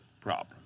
problem